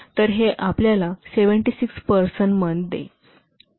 तरहे आपल्याला 76 person month देईल